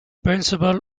principal